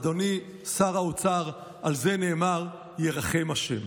אדוני שר האוצר, על זה נאמר: ירחם השם.